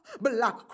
Black